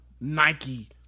Nike